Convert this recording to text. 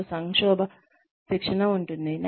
మనకు సంక్షోభ శిక్షణ ఉంటుంది